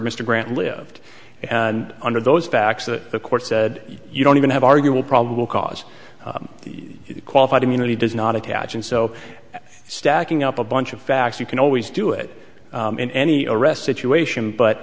mr grant lived and under those facts the court said you don't even have arguable probable cause qualified immunity does not attach and so stacking up a bunch of facts you can always do it in any arrest situation but